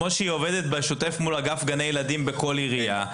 כמו שהיא עובדת בשוטף מול אגף גני ילדי בכל עירייה,